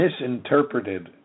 misinterpreted